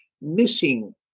missing